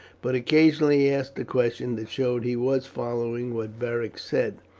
but occasionally he asked a question that showed he was following what beric said.